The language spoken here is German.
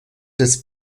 des